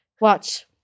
Watch